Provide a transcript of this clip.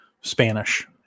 Spanish